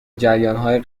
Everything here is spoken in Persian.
جریانهای